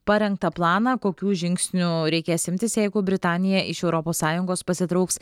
parengtą planą kokių žingsnių reikės imtis jeigu britanija iš europos sąjungos pasitrauks